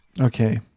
Okay